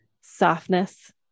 softness